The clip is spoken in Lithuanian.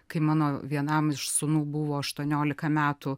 kai mano vienam iš sūnų buvo aštuoniolika metų